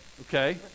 Okay